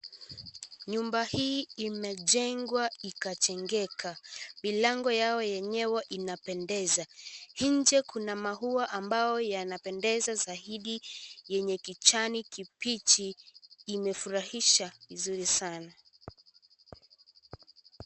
Nyumba hii imejengwa ikajengeka, milango yao yenyewe inapendeza. Nje kuna maua ambayo yanapendeza zaidi yenye kijani kibichi imefurahisha vizuri sana.